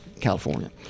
California